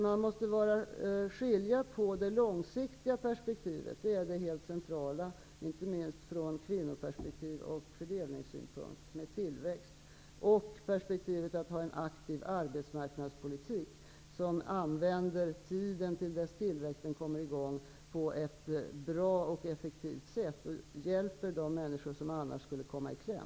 Man måste alltså skilja mellan det långsiktiga perspektivet -- som är det helt centrala, inte minst ur kvinnosynpunkt och ur fördelningssynpunkt -- för tillväxten och perspektivet av en aktiv arbetsmarknadspolitik, där vi använder tiden till dess att tillväxten kommer i gång på ett bra och effektivt sätt och hjälper de människor som annars skulle komma i kläm.